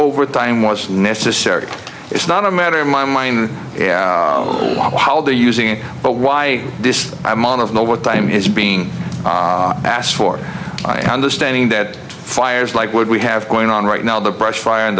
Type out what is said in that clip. overtime was necessary it's not a matter of my mine how they're using it but why this amount of know what time is being asked for and understanding that fires like would we have going on right now the brush fire and